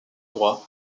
droit